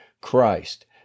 Christ